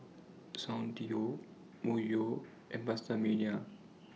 Soundteoh Myojo and PastaMania